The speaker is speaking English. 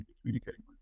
communicating